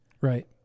Right